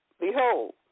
behold